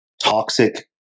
toxic